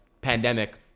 pandemic